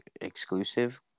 exclusive